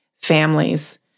families